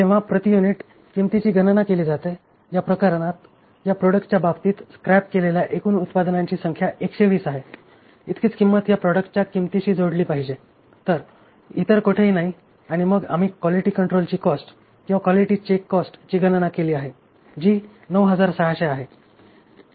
जेव्हा प्रति युनिट किंमतीची गणना केली जाते या प्रकरणात या प्रॉडक्ट च्या बाबतीत स्क्रॅप केलेल्या एकूण उत्पादनांची संख्या 120 आहे इतकीच किंमत या प्रॉडक्ट च्या किंमतीशी जोडली पाहिजे इतर कोठेही नाही आणि मग आम्ही क्वालिटी कंट्रोल ची कॉस्ट किंवा क्वालिटी चेक कॉस्ट ची गणना केली आहे जी 9600 आहे